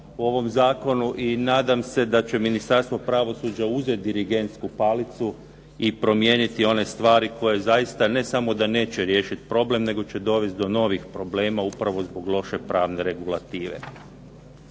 u ovom zakonu i nadam se da će Ministarstvo pravosuđa uzeti dirigentsku palicu i promijeniti one stvari koje zaista ne samo da neće riješiti problem, nego će dovesti do novih problema upravo zbog loše pravne regulative.